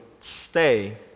stay